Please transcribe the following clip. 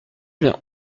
bien